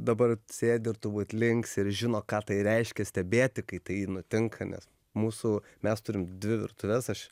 dabar sėdi ir turbūt linksi ir žino ką tai reiškia stebėti kai tai nutinka nes mūsų mes turim dvi virtuves aš